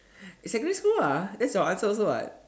in secondary school ah that's your answer also [what]